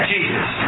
Jesus